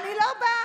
אני לא בא.